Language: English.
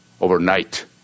overnight